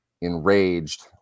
enraged